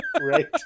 Right